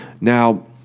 Now